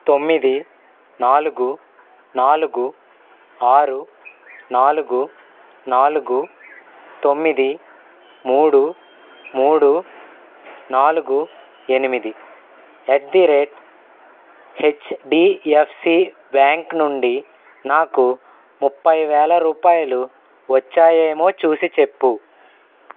తొమ్మిది నాలుగు నాలుగు ఆరు నాలుగు నాలుగు తొమ్మిది మూడు మూడు నాలుగు ఎనిమిది at the rate HDFC bank నుండి నాకు ముప్పై వేల రూపాయలు వచ్చాయేమో చూసి చెప్పు